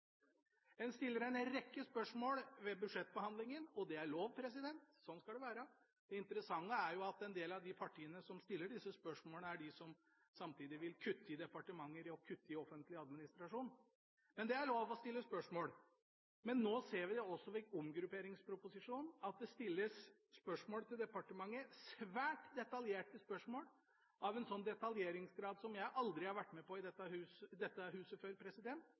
En stiller en rekke spørsmål ved budsjettbehandlingen, og det er lov – sånn skal det være. Det interessante er at en del av de partiene som stiller disse spørsmålene, er dem som samtidig vil kutte når det gjelder departementer og offentlig administrasjon. Men det er lov å stille spørsmål. Nå ser vi også i forbindelse med omgrupperingsproposisjonen at det stilles spørsmål til departementet, svært detaljerte spørsmål av en detaljeringsgrad jeg aldri har vært med på i dette huset før